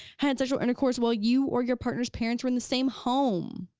had sexual intercourse while you or your partners parents were in the same home.